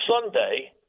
Sunday